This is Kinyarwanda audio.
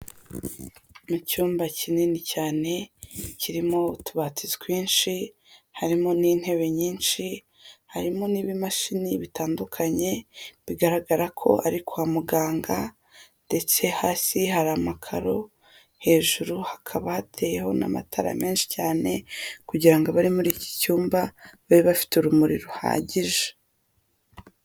Mu cyumba kinini cyane kirimo utubati twinshi, harimo n'intebe nyinshi, harimo n'ibimashini bitandukanye bigaragara ko ari kwa muganga, ndetse hasi hari amakaro, hejuru hakaba hateyeho n'amatara menshi cyane kugira ngo abari muri iki cyumba babe bafite urumuri ruhagije.